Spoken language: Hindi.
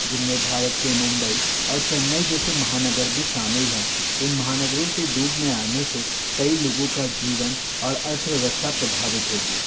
जिनमें भारत के मुंबई और चेन्नई जैसे महानगर भी शामिल हैं इन महानगरों के डूब में आने से कई लोगों का जीवन और अर्थव्यवस्था प्रभावित होगी